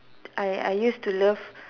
I I use to love